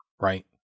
Right